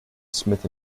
smith